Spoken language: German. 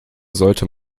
sollte